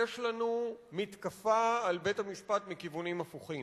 יש לנו מתקפה על בית-המשפט מכיוונים הפוכים.